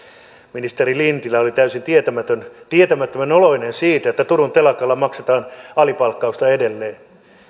ministeri lintilä oli täysin tietämättömän oloinen siitä että turun telakalla maksetaan alipalkkausta edelleen